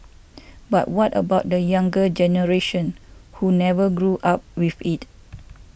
but what about the younger generation who never grew up with it